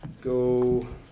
go